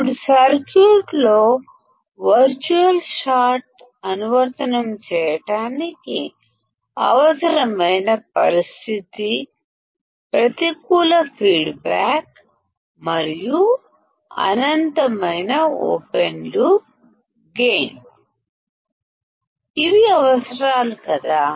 ఇప్పుడు సర్క్యూట్లో virtual short అనువర్తనం చేయడానికి అవసరమైన నియమం ప్రతికూల ఫీడ్ బ్యాక్ మరియు అనంతమైన ఓపెన్ లూప్ గైన్ ఇవి అవసరాలు కాదా